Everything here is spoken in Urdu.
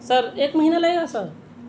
سر ایک مہینہ لگے گا سر